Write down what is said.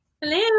Hello